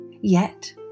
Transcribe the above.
Yet